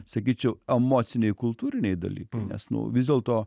sakyčiau emociniai kultūriniai dalykai nes nu vis dėlto